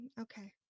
Okay